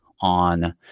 on